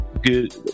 good